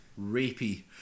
rapey